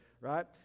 right